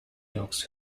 dogs